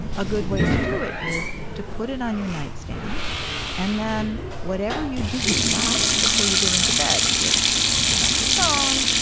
a good way to do it is to put it on your nightstand and then whatever you do last before you get into bed is it turn off your phone,